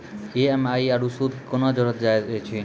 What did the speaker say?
EMI आरू सूद कूना जोड़लऽ जायत ऐछि?